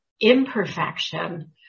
imperfection